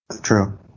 True